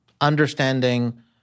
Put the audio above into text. understanding